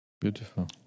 Beautiful